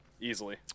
easily